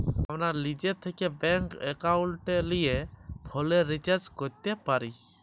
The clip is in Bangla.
আমরা লিজে থ্যাকে ব্যাংক একাউলটে লিয়ে ফোলের রিচাজ ক্যরতে পারি